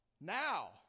Now